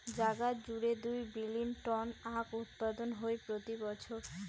জাগাত জুড়ে দুই বিলীন টন আখউৎপাদন হই প্রতি বছর